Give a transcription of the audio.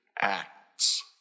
acts